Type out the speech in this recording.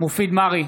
מופיד מרעי,